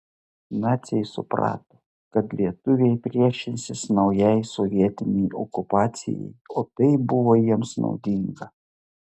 naciai suprato kad lietuviai priešinsis naujai sovietinei okupacijai o tai buvo jiems naudinga